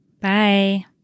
Bye